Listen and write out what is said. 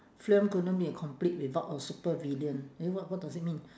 film couldn't be a complete without a supervillain eh what what does it mean